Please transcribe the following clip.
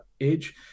age